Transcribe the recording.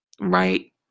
Right